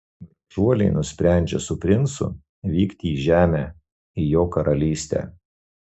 gražuolė nusprendžia su princu vykti į žemę į jo karalystę